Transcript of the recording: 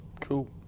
Cool